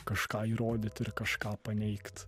kažką įrodyt ir kažką paneigt